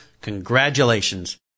congratulations